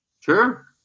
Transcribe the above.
Sure